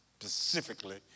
specifically